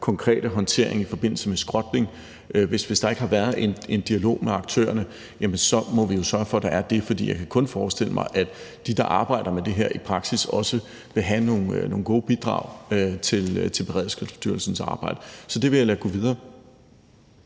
konkrete håndtering i forbindelse med skrotning, og hvis der ikke har været en dialog med aktørerne, så må vi jo sørge for, at der er det, for jeg kan kun forestille mig, at de, der arbejder med det her i praksis, også vil have nogle gode bidrag til Beredskabsstyrelsens arbejde. Så det vil jeg lade gå videre.